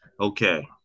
Okay